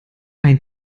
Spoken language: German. ein